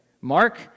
Mark